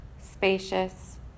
spacious